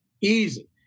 easy